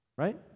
Right